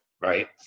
Right